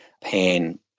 pain